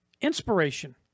Inspiration